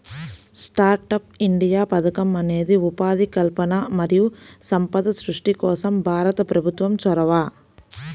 startup India పథకం అనేది ఉపాధి కల్పన మరియు సంపద సృష్టి కోసం భారత ప్రభుత్వం చొరవ